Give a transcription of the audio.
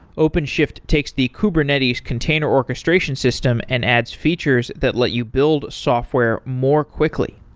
openshift takes the kubernetes container orchestration system and adds features that let you build software more quickly.